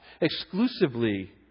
exclusively